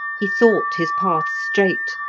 he thought his path straight,